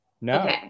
no